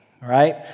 right